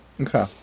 Okay